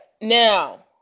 Now